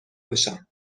بشم